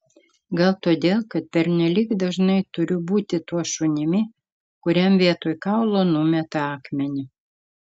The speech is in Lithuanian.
gal todėl kad pernelyg dažnai turiu būti tuo šunimi kuriam vietoj kaulo numeta akmenį